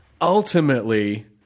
ultimately